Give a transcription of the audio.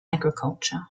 agriculture